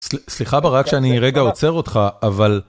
סליחה ברק שאני רגע עוצר אותך אבל.